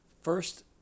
first